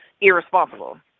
irresponsible